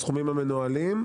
הסכומים המנוהלים,